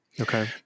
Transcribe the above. okay